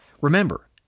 Remember